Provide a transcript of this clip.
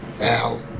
Al